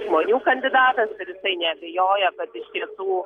žmonių kandidatas ir tai neabejoja kad iš tiesų